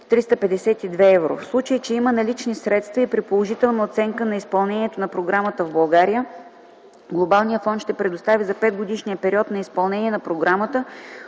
В случай, че има налични средства и при положителна оценка на изпълнението на програмата в България, Глобалният фонд ще предостави за петгодишния период на изпълнение на програмата